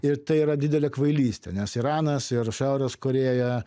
ir tai yra didelė kvailystė nes iranas ir šiaurės korėja